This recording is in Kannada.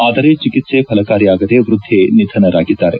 ಆದರೆ ಚಿಕಿತ್ಸೆ ಫಲಕಾರಿ ಆಗದೆ ವೃದ್ದೆ ನಿಧನರಾಗಿದ್ದಾರೆ